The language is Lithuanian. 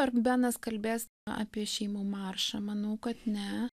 ar benas kalbės apie šeimų maršą manau kad ne